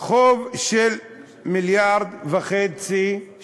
שחוב של 1.5 מיליארד שקלים